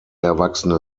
erwachsene